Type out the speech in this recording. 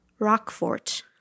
Rockfort